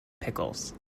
pickles